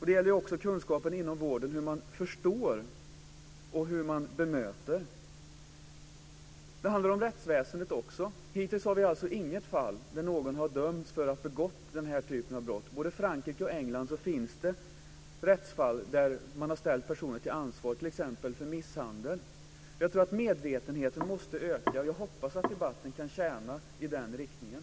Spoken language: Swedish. Det gäller också kunskapen inom vården, hur man förstår och hur man bemöter. Dessutom handlar det om rättsväsendet. Hittills har vi inget fall där någon dömts för att ha begått den här typen av brott, men i både Frankrike och England finns det rättsfall där personer ställts till ansvar, t.ex. Jag tror att medvetenheten måste öka och hoppas att debatten kan tjäna i den riktningen.